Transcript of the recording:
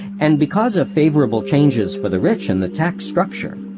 and because of favourable changes for the rich in the tax structure,